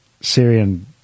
Syrian